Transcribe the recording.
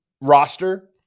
roster